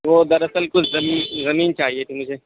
وہ دراصل کچھ زمین زمین چاہیے تھی مجھے